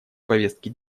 повестки